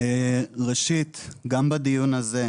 ראשית גם בדיון הזה,